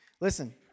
Listen